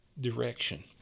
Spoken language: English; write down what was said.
direction